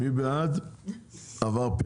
מי בעד אישור התקנות?